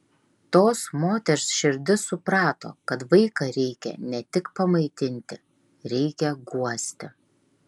tos moters širdis suprato kad vaiką reikia ne tik pamaitinti reikia guosti